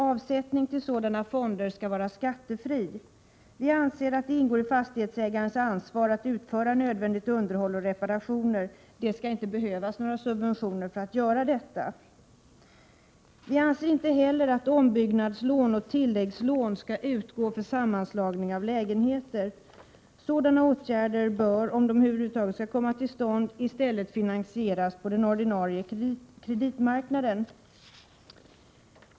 Avsättning till sådana fonder skall vara skattefri. Vi anser att det ingår i fastighetsägarens ansvar att utföra nödvändigt underhåll och reparationer — det skall inte behövas några subventioner för att göra det. Vi anser inte heller att ombyggnadslån och tilläggslån skall utgå för sammanslagning av lägenheter. Sådana åtgärder bör, om de över huvud taget skall komma till stånd, i stället finansieras på den ordinarie kreditmarknaden.